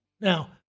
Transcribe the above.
Now